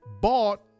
bought